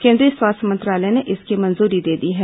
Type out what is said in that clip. केंद्रीय स्वास्थ्य मंत्रालय ने इसकी मंजूरी दे दी है